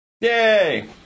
Yay